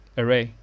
array